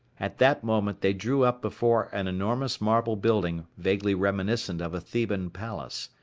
at that moment they drew up before an enormous marble building vaguely reminiscent of a theban palace.